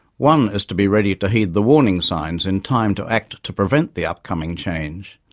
one is to be ready to heed the warning signs in time to act to prevent the upcoming change.